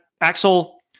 Axel